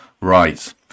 right